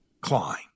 Klein